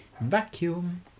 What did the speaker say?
Vacuum